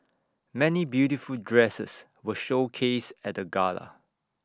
many beautiful dresses were showcased at the gala